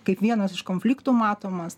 kaip vienas iš konfliktų matomas